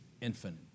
infinite